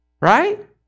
right